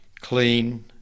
clean